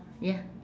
ya